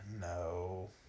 No